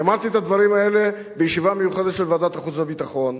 אני אמרתי את הדברים האלה בישיבה מיוחדת של ועדת החוץ והביטחון,